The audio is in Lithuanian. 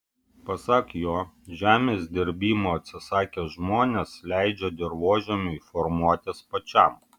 pasak jo žemės dirbimo atsisakę žmonės leidžia dirvožemiui formuotis pačiam